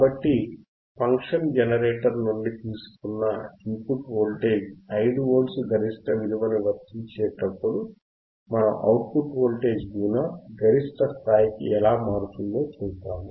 కాబట్టి function generator నుండి తీసుకున్న ఇన్పుట్ వోల్టేజ్ 5 వోల్త్స్ గరిష్ట విలువని వర్తించేటప్పుడు మన అవుట్పుట్ వోల్టేజ్ Vo గరిష్ట స్థాయికి ఎలా మారుతుందో చూద్దాం